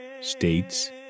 states